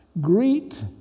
Greet